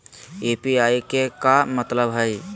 UPI के का मतलब हई?